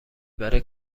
برای